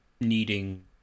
needing